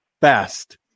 best